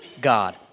God